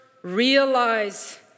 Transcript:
realize